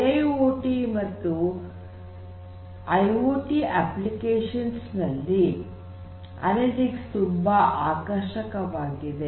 I I O T ಮತ್ತು I O T applications ನಲ್ಲಿ analytics ತುಂಬಾ ಆಕರ್ಷಕವಾಗಿದೆ